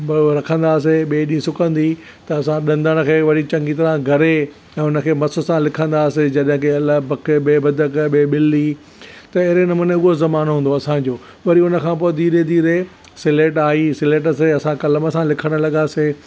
रखंदाहासीं ॿिए ॾीहं सुकंदी त असां ॾंदण खे वरी चङी तरह घड़े ऐं उनखे मसु सां लिखंदाहासीं जॾहिं कि अलिफ़ बक बे बदक ॿे ॿिली त अहिड़े नमूने उहो ज़मानो हूंदो हुओ असांजो वरी उनखां पोइ धीरे धीरे स्लेट आई स्लेट सां ई असां कलम सां लिखणु लॻासीं